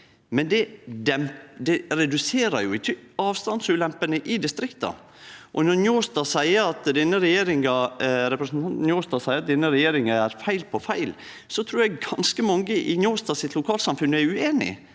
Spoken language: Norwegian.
Men det reduserer jo ikkje avstandsulempene i distrikta. Når representanten Njåstad seier at denne regjeringa gjer feil på feil, trur eg ganske mange i Njåstad sitt lokalsamfunn er ueinige.